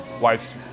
wife's